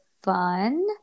fun